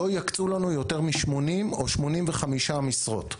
לא יקצו לנו יותר מ-80 או 85 משרות.